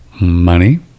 money